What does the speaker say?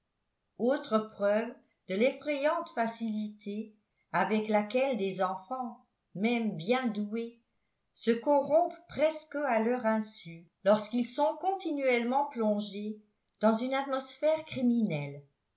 autre preuve de l'effrayante facilité avec laquelle des enfants même bien doués se corrompent presque à leur insu lorsqu'ils sont continuellement plongés dans une atmosphère criminelle